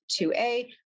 2A